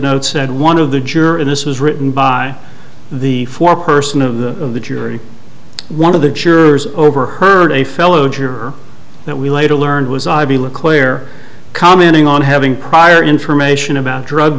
note said one of the jurors in this was written by the four person of the jury one of the jurors overheard a fellow juror that we later learned was idyllic claire commenting on having prior information about drug